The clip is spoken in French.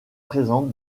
présente